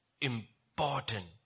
important